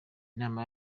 inama